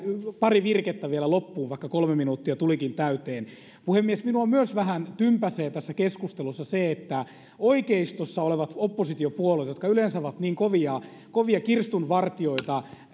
pari virkettä vielä loppuun vaikka kolme minuuttia tulikin täyteen puhemies minua myös vähän tympäisee tässä keskustelussa se että oikeistossa olevat oppositiopuolueet jotka yleensä ovat niin kovia kovia kirstunvartijoita